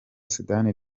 sudani